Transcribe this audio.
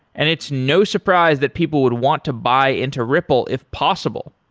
and it's no surprise that people would want to buy into ripple if possible.